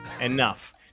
Enough